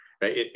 right